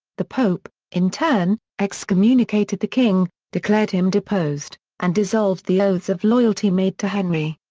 the pope, in turn, excommunicated the king, declared him deposed, and dissolved the oaths of loyalty made to henry.